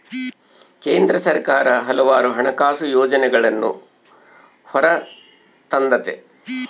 ಕೇಂದ್ರ ಸರ್ಕಾರ ಹಲವಾರು ಹಣಕಾಸು ಯೋಜನೆಗಳನ್ನೂ ಹೊರತಂದತೆ